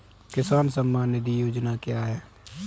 किसान सम्मान निधि योजना क्या है?